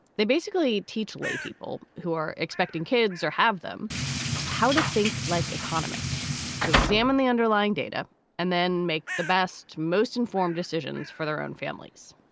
they basically teach lay people who are expecting kids or have them how to think like economists to examine the underlying data and then make the best, most informed decisions for their own families.